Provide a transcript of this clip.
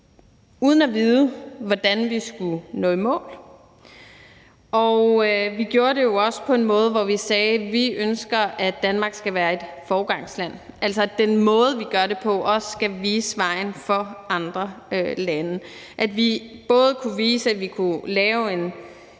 uden at vide, hvordan vi skulle nå i mål, og vi gjorde det jo også på en måde, hvor vi sagde: Vi ønsker, at Danmark skal være et foregangsland. Det var altså, at den måde, vi gør det på, også skal vise vejen for andre lande – at vi både kunne vise, at vi kunne lave en